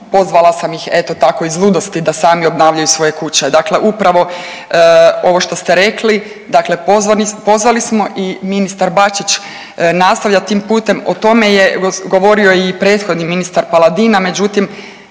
pozvala sam ih eto tako iz ludosti da sami obnavljaju svoje kuće. Dakle upravo ovo što ste rekli dakle pozvali smo i ministar Bačić nastavlja tim putem. O tome je govorio i prethodni ministar Paladina, međutim